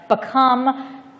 become